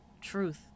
truth